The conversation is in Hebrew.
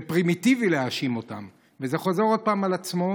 פרימיטיבי להאשים אותם וזה חוזר עוד פעם על עצמו.